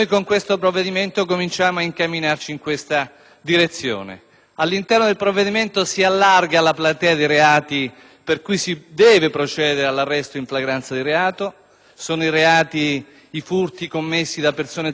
All'interno del provvedimento si allarga la platea dei reati per cui si deve procedere all'arresto in flagranza di reato, tra cui i furti commessi da persone travisate o che portano armi pur senza farne uso